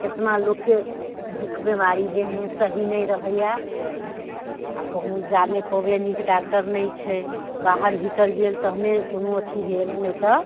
केतना लोकके दुःख बीमारी देहमे सही नहि रहैये आओर कहूं जा नहि पबैये नीक डॉक्टर नहि छै बाहर भीतर गेल तहने कोनो अथी भेल नहि तऽ